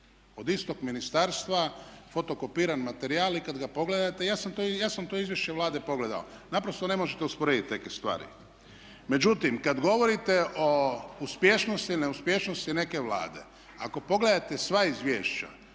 Od istog ministarstva fotokopiran materijal i kad ga pogledate ja sam to izvješće Vlade pogledao. Naprosto ne možete usporediti neke stvari. Međutim, kad govorite o uspješnosti ili neuspješnosti neke Vlade, ako pogledate sva izvješća